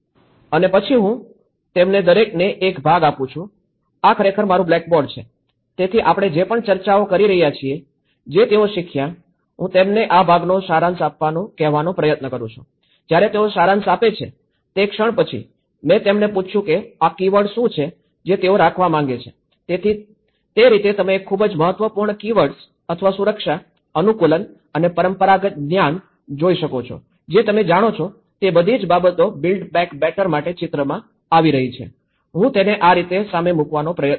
અને પછી હું તેમને દરેકને એક ભાગ આપું છું આ ખરેખર મારું બ્લેકબોર્ડ છે તેથી આપણે જે પણ ચર્ચાઓ કરી રહ્યા છીએ જે તેઓ શીખ્યા હું તેમને આ ભાગનો સારાંશ આપવા કહેવાનો પ્રયત્ન કરું છું જ્યારે તેઓ સારાંશ આપે છે તે ક્ષણ પછી મેં તેમને પૂછ્યું કે આ કીવર્ડ્સ શું છે જે તેઓ રાખવા માંગે છે તેથી તે રીતે તમે એક ખૂબ જ મહત્વપૂર્ણ કીવર્ડ્સ અથવા સુરક્ષા અનુકૂલન અને પરંપરાગત જ્ઞાન જોઈ શકો છો જે તમે જાણો છો તે બધી જ બાબતો બિલ્ડ બેક બેટર માટે ચિત્રમાં આવી રહી છે હું તેને આ રીતે સામે મૂકવાનો પ્રયત્ન કરું છું